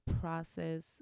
process